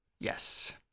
Yes